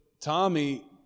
Tommy